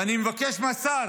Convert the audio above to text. ואני מבקש מהשר